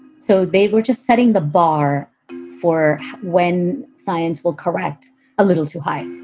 so they were just setting the bar for when science will correct a little too high